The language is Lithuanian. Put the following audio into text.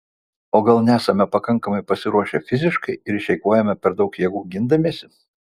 o gal nesame pakankamai pasiruošę fiziškai ir išeikvojome per daug jėgų gindamiesi